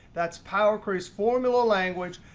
that's power query's formula language,